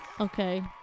Okay